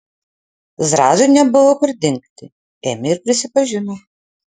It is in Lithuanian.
zrazui nebuvo kur dingti ėmė ir prisipažino